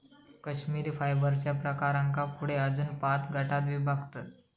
कश्मिरी फायबरच्या प्रकारांका पुढे अजून पाच गटांत विभागतत